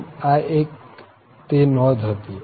આમ આ તે એક નોંધ હતી